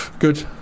Good